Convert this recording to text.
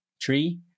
tree